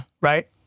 Right